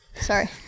Sorry